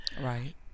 right